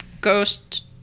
Ghost